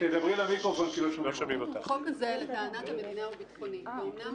לטענת המדינה החוק הזה ביטחוני ואומנם